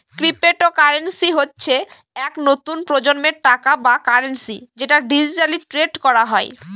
cryptocurrency হচ্ছে এক নতুন প্রজন্মের টাকা বা কারেন্সি যেটা ডিজিটালি ট্রেড করা হয়